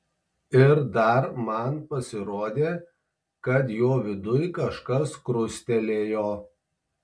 ir dar man pasirodė kad jo viduj kažkas krustelėjo